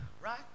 Right